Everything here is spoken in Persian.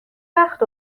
وقت